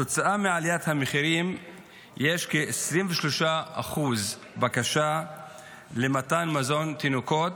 כתוצאה מעליית המחירים יש כ-23% בקשה למתן מזון תינוקות,